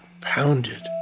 pounded